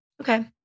Okay